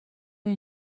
این